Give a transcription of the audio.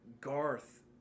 Garth